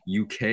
UK